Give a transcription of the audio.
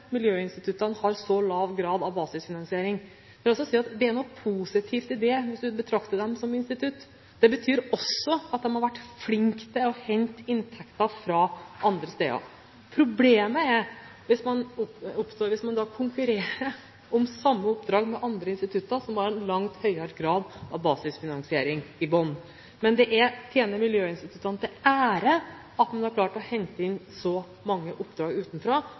miljøinstituttene har så lav grad av basisfinansiering – og det er noe positivt i det hvis man betrakter dem som institutt – betyr det at de har vært flinke til å hente inntekter fra andre steder. Problemet oppstår hvis man da konkurrerer om samme oppdrag med andre institutter som har en langt høyere grad av basisfinansiering i bunnen. Men det tjener miljøinstituttene til ære at de har klart å hente inn så mange oppdrag utenfra.